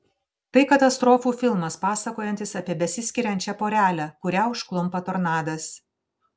tai katastrofų filmas pasakojantis apie besiskiriančią porelę kurią užklumpa tornadas